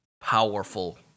powerful